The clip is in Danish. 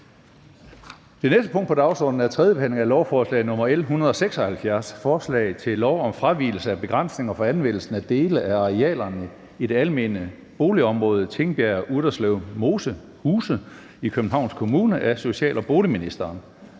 Det næste punkt på dagsordenen er: 24) 3. behandling af lovforslag nr. L 176: Forslag til lov om fravigelse af begrænsninger for anvendelsen af dele af arealerne i det almene boligområde Tingbjerg-Utterslevhuse i Københavns Kommune. Af social- og boligministeren